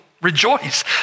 Rejoice